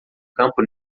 campo